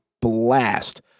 blast